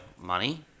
money